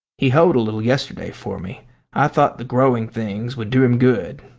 he hoed a little yesterday for me i thought the growing things would do him good.